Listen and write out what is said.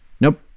Nope